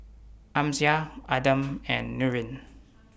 Amsyar Adam and Nurin